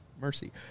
mercy